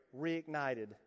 reignited